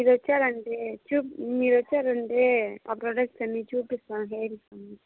మీరు వచ్చారంటే చూ మీరు వచ్చారంటే ఆ ప్రొడక్ట్స్ అన్ని చూపిస్తాం హెయిర్ ఫాల్కి